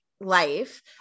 life